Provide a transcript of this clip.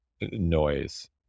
noise